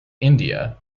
india